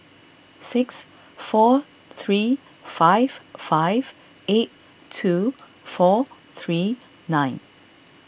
six four three five five eight two four three nine